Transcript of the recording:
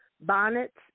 bonnets